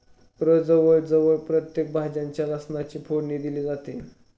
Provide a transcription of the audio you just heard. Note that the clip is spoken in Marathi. प्रजवळ जवळ प्रत्येक भाज्यांना लसणाची फोडणी दिली जाते